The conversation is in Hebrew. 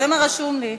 זה מה רשום לי.